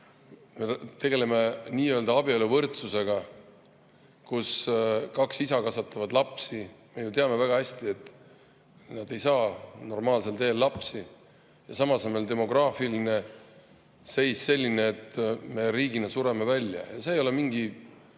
Me tegeleme nii-öelda abieluvõrdsusega, kus kaks isa kasvatavad lapsi. Me ju teame väga hästi, et nad ei saa normaalsel teel lapsi. Samas on meil demograafiline seis selline, et me riigina sureme välja – ja see ei ole mingi